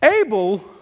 Abel